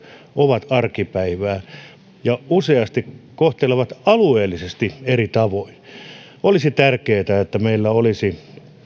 ovat arkipäivää ja useasti kohtelevat alueellisesti eri tavoin olisi tärkeätä että meillä olisi järjestelmiä